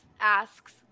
asks